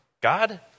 god